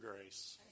grace